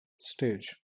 stage